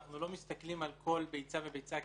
אנחנו לא מסתכלים על כל ביצה וביצה,